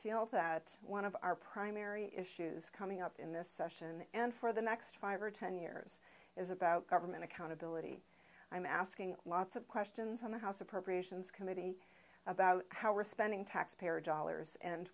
feel that one of our primary issues coming up in this session and for the next five or ten years is about government accountability i'm asking lots of questions on the house appropriations committee about how responding taxpayer dollars and